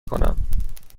کنم